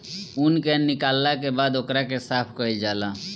ऊन के निकालला के बाद ओकरा के साफ कईल जाला